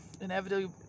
inevitably